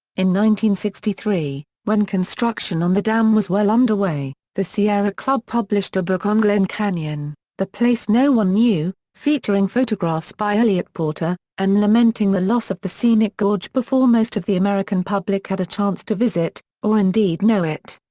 sixty three, when construction on the dam was well underway, the sierra club published a book on glen canyon, the place no one knew, featuring photographs by eliot porter, and lamenting the loss of the scenic gorge before most of the american public had a chance to visit, or indeed know it.